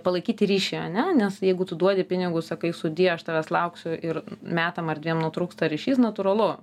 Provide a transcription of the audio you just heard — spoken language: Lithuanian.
palaikyti ryšį ane nes jeigu tu duodi pinigų sakai sudie aš tavęs lauksiu ir metam ar dviem nutrūksta ryšys natūralu